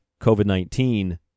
COVID-19